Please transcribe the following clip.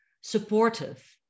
supportive